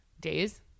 days